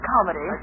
Comedy